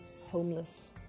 homeless